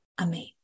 amen